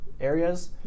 areas